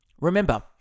Remember